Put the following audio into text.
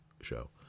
show